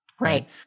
Right